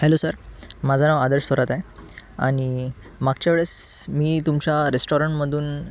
hello sir माझं नाव आदर्श थोरात आहे आणि मागच्या वेळेस मी तुमच्या रेस्टॉरंटमधून